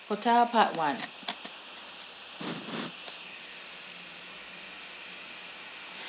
hotel part one